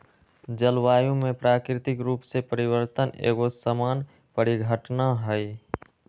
जलवायु में प्राकृतिक रूप से परिवर्तन एगो सामान्य परिघटना हइ